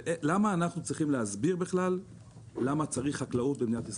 ולמה אנחנו צריכים להסביר בכלל למה צריך חקלאות במדינת ישראל.